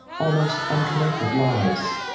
almost unconnected lives,